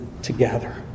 together